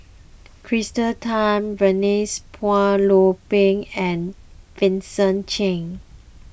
Tan Denise Phua Lay Peng and Vincent Cheng